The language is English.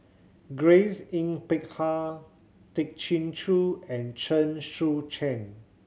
Grace Yin Peck Ha Tay Chin Joo and Chen Sucheng